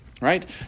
right